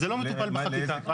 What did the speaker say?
זה לא מטופל בחקיקה.